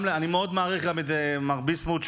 אני מאוד מעריך גם את מר ביסמוט,